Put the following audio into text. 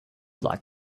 liked